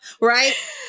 right